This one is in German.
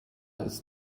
ist